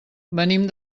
venim